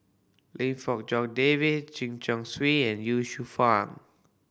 Lim Fong Jock David Chen Chong Swee and Ye Shufang